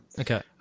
Okay